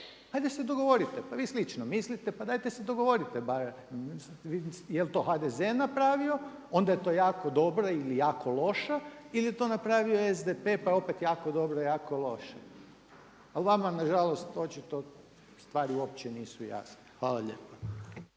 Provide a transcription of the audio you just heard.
Ajde se dogovorite, pa vi slično mislite pa dajte se dogovorite barem, je li to HDZ napravio, onda je to jako dobro ili jako loše ili je to napravio SDP pa je opet jako dobro, jako loše. Ali vama nažalost očito stvari uopće nisu jasne. Hvala lijepa.